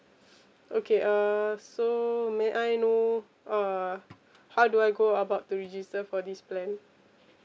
okay uh so may I know uh how do I go about to register for this plan